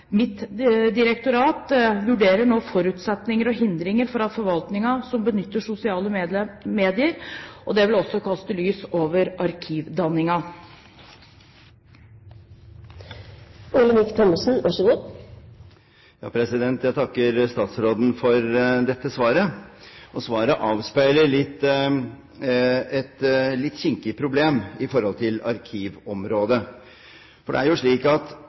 Mitt direktorat vurderer nå forutsetninger og hindringer for at forvaltningen benytter sosiale medier, og det vil også kaste lys over arkivdannelsen. Jeg takker statsråden for dette svaret. Svaret avspeiler et litt kinkig problem i forhold til arkivområdet. Det er jo slik at